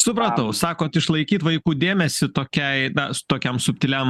supratau sakot išlaikyt vaikų dėmesį tokiai na tokiam subtiliam